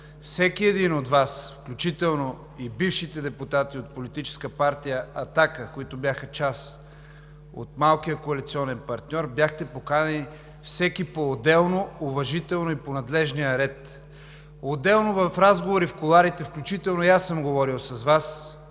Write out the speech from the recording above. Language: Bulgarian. всеки един от Вас, включително и бившите депутати от Политическа партия „Атака“, които бяха част от малкия коалиционен партньор, бяхте поканени всеки поотделно, уважително и по надлежния ред. Отделно в разговори в кулоарите, включително и аз съм говорил с Вас,